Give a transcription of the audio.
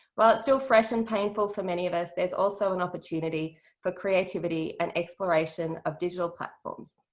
while it's still fresh and painful for many of us, there's also an opportunity for creativity and exploration of digital platforms.